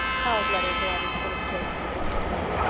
carl's letters are always full of jokes and bits of fun.